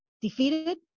defeated